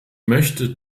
möchte